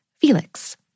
Felix